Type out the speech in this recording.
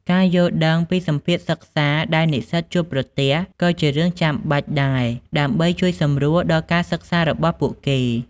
ការយល់ដឹងពីសម្ពាធសិក្សាដែលនិស្សិតជួបប្រទះក៏ជារឿងចាំបាច់ដែរដើម្បីជួយសម្រួលដល់ការសិក្សារបស់ពួកគេ។